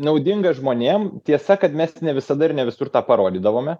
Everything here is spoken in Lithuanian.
naudinga žmonėm tiesa kad mesti ne visada ir ne visur tą parodydavome